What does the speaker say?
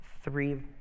three